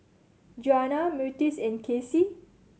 Djuana Myrtis and Kacey